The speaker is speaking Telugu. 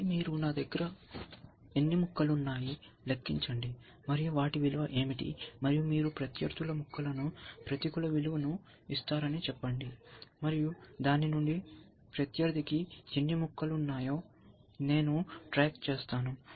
ఆపై మీరు నా దగ్గర ఎన్ని ముక్కలు ఉన్నాయి లెక్కించండి మరియు వాటి విలువ ఏమిటి మరియు మీరు ప్రత్యర్థుల ముక్కలకు ప్రతికూల విలువ ను ఇస్తారని చెప్పండి మరియు దాని నుండి ప్రత్యర్థికి ఎన్ని ముక్కలు ఉన్నాయో నేను ట్రాక్ చేస్తాను